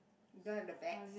you don't have the bags